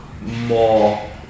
more